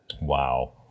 Wow